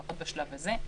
לפחות לא בשלב הזה.